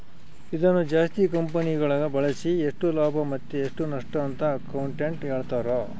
ಇದನ್ನು ಜಾಸ್ತಿ ಕಂಪೆನಿಗಳಗ ಬಳಸಿ ಎಷ್ಟು ಲಾಭ ಮತ್ತೆ ಎಷ್ಟು ನಷ್ಟಅಂತ ಅಕೌಂಟೆಟ್ಟ್ ಹೇಳ್ತಾರ